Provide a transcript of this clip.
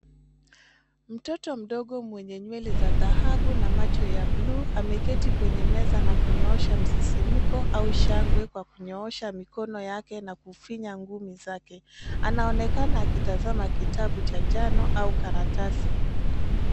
Mtoto mdogo mwenye nywele za dhahabu na macho ya bluu ameketi kwenye meza na kunyoosha msisimko au shangwe kwa kunyoosha mikono yake na kufinya ngumi zake. Anaonekana akitazama kitabu cha njano au karatasi.